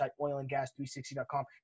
oilandgas360.com